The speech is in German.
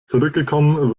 zurückgekommen